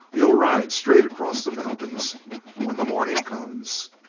you'll ride straight across the mountains when the morning comes?